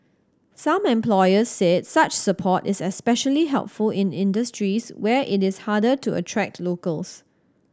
some employers said such support is especially helpful in industries where it is harder to attract locals